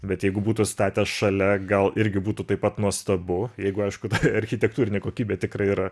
bet jeigu būtų statęs šalia gal irgi būtų taip pat nuostabu jeigu aišku architektūrinė kokybė tikrai yra